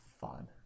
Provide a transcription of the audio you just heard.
fun